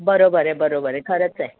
बरोबर आहे बरोबर आहे खरंच आहे